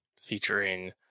featuring